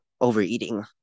overeating